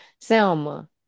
Selma